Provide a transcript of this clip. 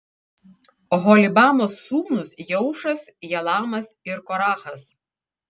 oholibamos sūnūs jeušas jalamas ir korachas